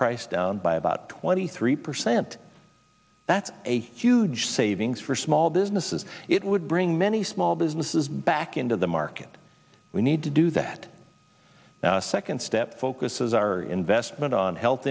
price down by about twenty three percent that's a huge savings for small businesses it would bring many small businesses back into the market we need to do that now the second step focuses our investment on health